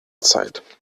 zeit